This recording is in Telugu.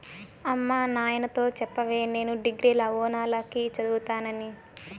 అమ్మ నాయనతో చెప్పవే నేను డిగ్రీల ఓనాల కి చదువుతానని